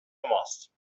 ماست